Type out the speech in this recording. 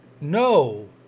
no